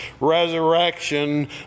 resurrection